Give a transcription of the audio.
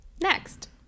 Next